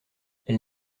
elle